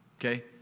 okay